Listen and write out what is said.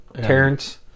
Terrence